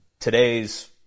today's